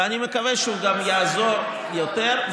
ואני מקווה שהוא גם יעזור יותר.